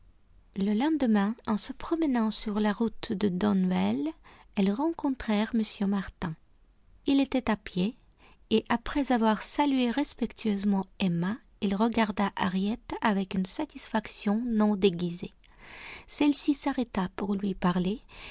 le lendemain en se promenant sur la route de donwell elles rencontrèrent m martin il était à pied et après avoir salué respectueusement emma il regarda harriet avec une satisfaction non déguisée celle-ci s'arrêta pour lui parler